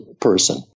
person